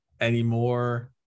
anymore